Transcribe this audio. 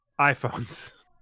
iPhones